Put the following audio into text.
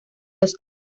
los